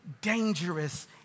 dangerous